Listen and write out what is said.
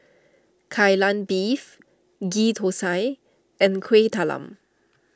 Kai Lan Beef Ghee Thosai and Kueh Talam